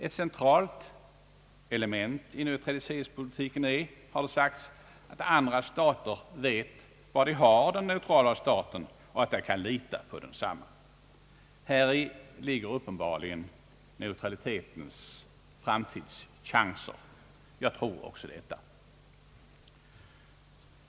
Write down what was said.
Ett centralt element i neutralitetspolitiken är, har det sagts, att andra stater vet var de har den neutrala staten och att man kan lita på densamma. Häri ligger uppenbarligen neutralitetens framtidschanser. Jag tror också detta.